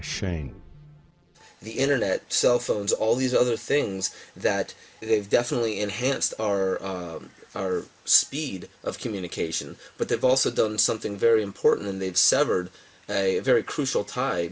machine the internet cell phones all these other things that they've definitely enhanced our our speed of communication but they've also done something very important and they've severed a very crucial ti